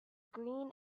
green